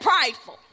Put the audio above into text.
prideful